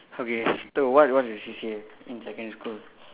okay so what what's your C_C_A in secondary school